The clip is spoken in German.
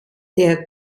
der